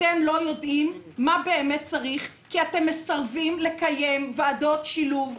אתם לא יודעים מה באמת צריך כי אתם מסרבים לקיים ועדות שילוב,